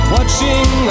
Watching